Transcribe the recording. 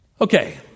Okay